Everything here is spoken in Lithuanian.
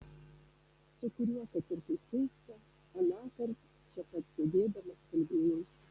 su kuriuo kad ir kaip keista anąkart čia pat sėdėdamas kalbėjausi